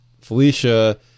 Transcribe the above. Felicia